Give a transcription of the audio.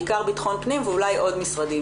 בעיקר בטחון פנים ואולי עוד משרדים.